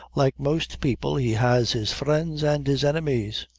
like most people, he has his friends and his enemies.